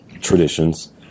traditions